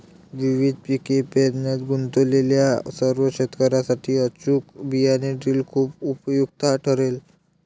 विविध पिके पेरण्यात गुंतलेल्या सर्व शेतकर्यांसाठी अचूक बियाणे ड्रिल खूप उपयुक्त ठरेल